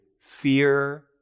fear